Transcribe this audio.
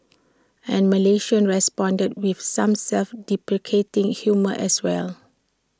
and Malaysians responded with some self deprecating humour as well